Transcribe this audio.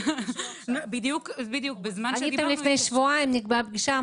לפני שבועיים נקבעה פגישה,